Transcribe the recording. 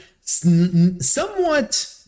somewhat